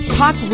talk